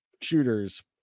shooters